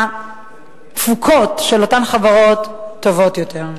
התפוקות של אותן חברות טובות יותר.